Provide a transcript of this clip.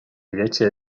wiecie